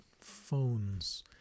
phones